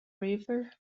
river